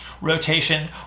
rotation